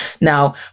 Now